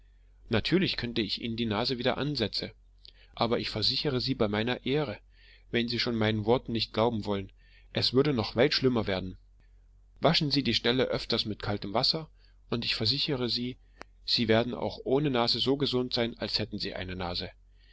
natürlich könnte ich ihnen die nase wieder ansetzen aber ich versichere sie bei meiner ehre wenn sie schon meinen worten nicht glauben wollen es würde noch weit schlimmer werden waschen sie die stelle öfters mit kaltem wasser und ich versichere sie sie werden auch ohne nase so gesund sein als hätten sie eine nase